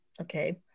okay